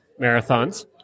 marathons